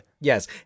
Yes